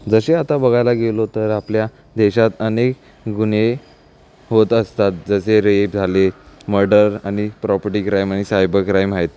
जसे आता बघायला गेलो तर आपल्या देशात अनेक गुन्हे होत असतात जसे रेप झाले मर्डर आणि प्रॉपटी क्राईम सायबर क्राईम आहेत